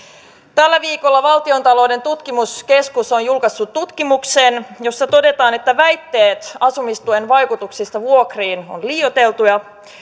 tällä viikolla valtion taloudellinen tutkimuskeskus on julkaissut tutkimuksen jossa todetaan että väitteet asumistuen vaikutuksista vuokriin ovat liioiteltuja